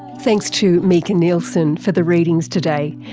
thanks to mika nielsen for the readings today,